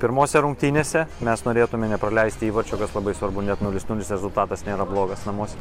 pirmose rungtynėse mes norėtume nepraleisti įvarčio kas labai svarbu net nulis nulis rezultatas nėra blogas namuos